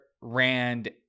Rand